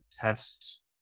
test